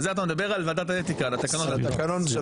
זה אתה מדבר על ועדת האתיקה, על התקנון.